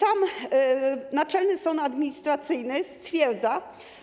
Tam Naczelny Sąd Administracyjny stwierdził,